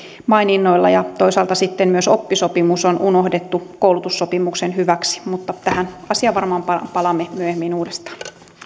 maininnoilla ja toisaalta sitten myös oppisopimus on unohdettu koulutussopimuksen hyväksi mutta tähän asiaan varmaan palaamme myöhemmin uudestaan